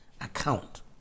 account